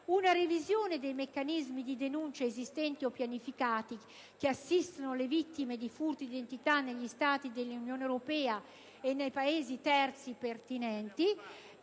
una revisione dei meccanismi di denuncia esistenti o pianificati che assistono le vittime di furti di identità negli Stati dell'Unione europea e nei Paesi terzi pertinenti